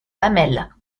hamel